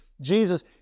Jesus